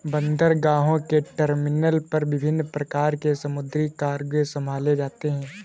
बंदरगाहों के टर्मिनल पर विभिन्न प्रकार के समुद्री कार्गो संभाले जाते हैं